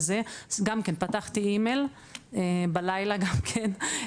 גם כן פתחתי אימייל בלילה גם כן,